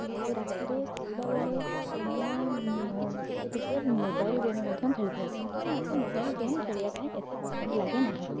ଆଉ ରାତିରେ ଶୋଇଲା ବେଳେ ମୁଁ ଟିକେ ଟିକେ ମୋବାଇଲ ଗେମ୍ ମଧ୍ୟ ଖେଳି ଥାଏ କିନ୍ତୁ ମଧ୍ୟ ମୋବାଇଲ ଗେମ୍ ଖେଳିବା ପାଇଁ ଏତେ ପସନ୍ଦ ଲାଗେ ନାହିଁ